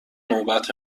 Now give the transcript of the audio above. نوبت